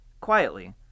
Quietly